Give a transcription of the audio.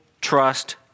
trust